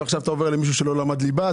ועכשיו אתה עובר למישהו שלא למד ליבה.